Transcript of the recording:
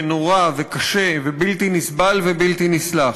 נורא וקשה ובלתי נסבל ובלתי נסלח.